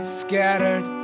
scattered